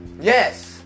Yes